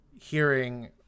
hearing